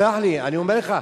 תסלח לי, אני אומר לך.